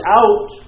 out